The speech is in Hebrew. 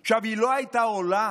עכשיו, היא לא הייתה עולה